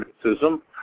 criticism